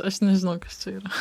aš nežinau kas čia yra